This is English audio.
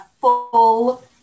full